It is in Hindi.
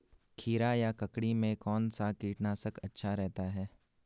खीरा या ककड़ी में कौन सा कीटनाशक अच्छा रहता है?